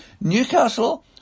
Newcastle